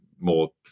more